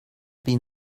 been